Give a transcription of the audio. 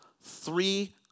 three